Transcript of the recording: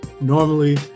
Normally